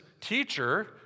teacher